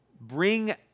Bring